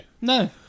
No